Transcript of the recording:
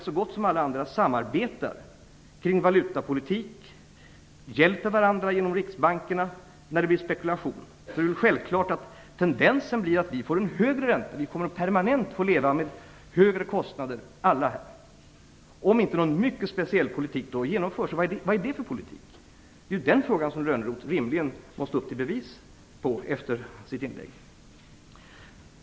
Om så gott som alla andra samarbetar kring valutapolitik, hjälper varandra genom riksbankerna när det blir spekulation, är det självklart att tendensen blir att vi får en högre ränta, att vi permanent kommer att få leva med högre kostnader, om inte någon mycket speciell politik genomförs. Vad är det för politik? Johan Lönnroth måste rimligen upp till bevis efter sitt inlägg.